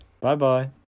Bye-bye